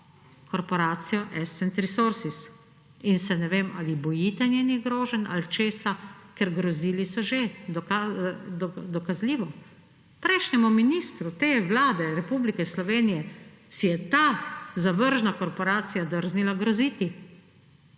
korporacijo Ascent Resources in se, ne vem, ali bojite njenih groženj ali česa, ker grozili so že. Dokazljivo! Prejšnjemu ministru Vlade Republike Slovenije si je ta zavržna korporacija drznila groziti!